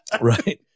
Right